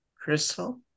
crystal